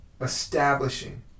Establishing